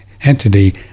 entity